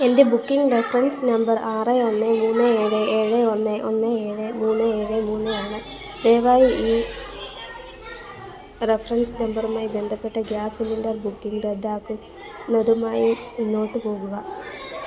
എൻ്റെ booking reference number ആറ് ഒന്ന് മൂന്ന് ഏഴ് ഏഴ് ഒന്ന് ഒന്ന് ഏഴ് മൂന്ന് ഏഴ് മൂന്ന് ആണ് ദയവായി ഈ റഫറൻസ് നമ്പറുമായി ബന്ധപ്പെട്ട ഗ്യാസ് സിലിണ്ടർ ബുക്കിംഗ് റദ്ദാക്കുന്നതുമായി മുന്നോട്ട് പോകുക